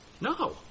No